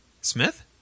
Smith